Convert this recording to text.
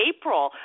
April